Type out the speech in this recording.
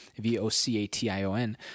V-O-C-A-T-I-O-N